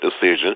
decision